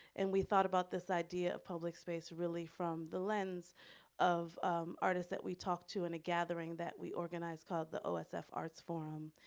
and we thought about this idea of public space really from the lens of artists that we talked to in a gathering that we organized called the osf arts forum,